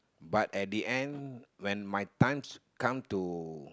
but at the end when my times come to